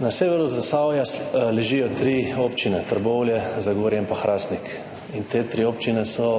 Na severu Zasavja ležijo tri občine, Trbovlje, Zagorje in Hrastnik. Te tri občine so